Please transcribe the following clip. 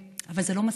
אבל זה לא מספיק.